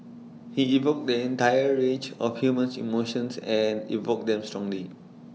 he evoked the entire range of humans emotions and evoked them strongly